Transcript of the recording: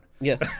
Yes